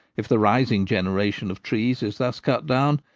if the rising generation of trees is thus cut down,